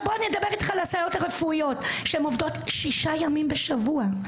בנוגע לסייעות הרפואיות - הן עובדות 6 ימים בשבוע,